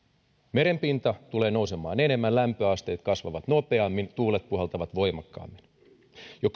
merenpinta tulee nousemaan enemmän lämpöasteet kasvavat nopeammin tuulet puhaltavat voimakkaammin jo